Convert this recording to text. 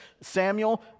samuel